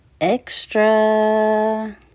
Extra